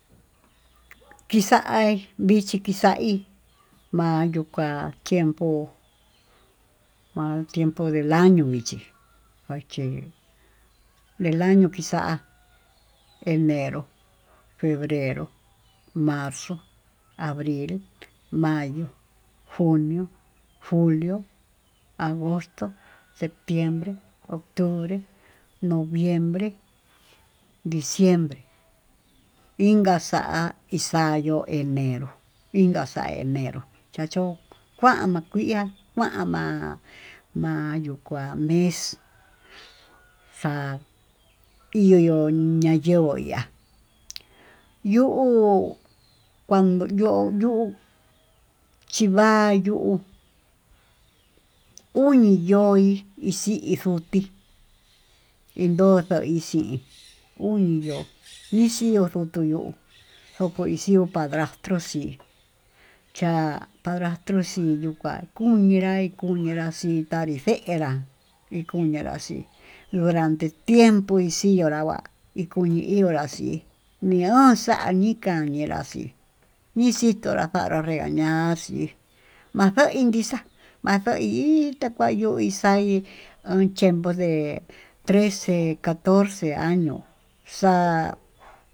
Kixa'a vichí kixa'í mayuka tiempo, mal tiempo del año vichí vache del año kixa'á enero, febrero, marzo, abril, mayo, junio, julio, agosto, septiembre, octubre, noviembre, diciembre, inka ixayuu enero inxa xa'a enero nachó kuá makui'a kuan ma'a mayo kua me'e xa'a iuyo mayenguo ya'á, yu'u kuando yu chivayuu uni yo'í ixii yuté, ndoja ixii uni yo'ó nixio yoto yo'ó koko ixhiu padrastro xii chá padrastro xiyukua kuu ñenra kuu ñenrá xii tani fenrá ikuñenrá xii, durante tiempo ixii ñunra'a va'á ikuñi onrá xii nión xa'a ñika'á ñenra xii nixitó ña'a njanró nrengaña'a xii vanjoin iin nrixa'a axo'o hi itá kua yuu hi xai hi chepo yee trece, catorce año xa'á.